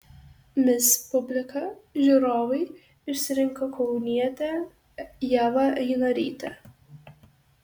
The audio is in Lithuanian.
mis publika žiūrovai išrinko kaunietę ievą einorytę